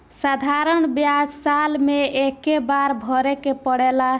साधारण ब्याज साल मे एक्के बार भरे के पड़ेला